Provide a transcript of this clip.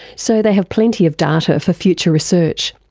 so they have plenty of data for future research.